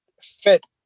fit